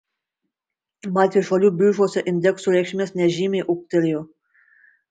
baltijos šalių biržose indeksų reikšmės nežymiai ūgtelėjo